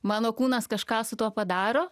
mano kūnas kažką su tuo padaro